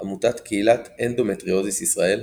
עמותת "קהילת אנדומטריוזיס ישראל"